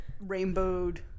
rainbowed